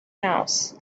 house